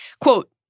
Quote